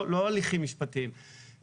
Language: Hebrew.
לא הליכים משפטיים,